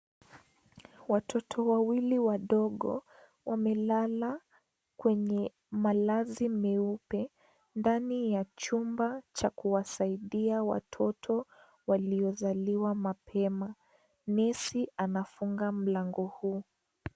Watoto wawili wadogo wamelala kwenye malazi meupe ndani ya chumba cha kuwasaidia watoto waliozaliwa mapema. Nesi anafunga mlango huu.